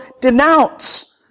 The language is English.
denounce